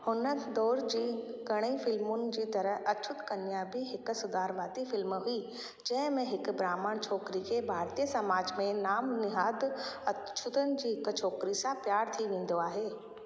हुन दौरु जी घणई फ़िल्मून जी तरह अछूत कन्या बि हिकु सुधारवादी फ़िल्म हुई जंहिंमें हिकु ब्रहामण छोकरी खे भारतीय समाज में नाम निहाद अछूतनि जी हिकु छोकिरी सां प्यारु थी वेंदो आहे